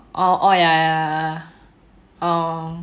orh orh ya ya ya orh